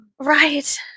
Right